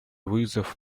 вызов